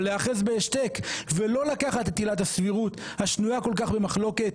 אבל להיאחז בהשתק ולא לקחת את עילת הסבירות השנויה כל כך במחלוקת,